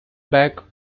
back